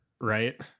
right